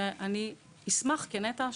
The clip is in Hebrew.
ואני אשמח כנת"ע,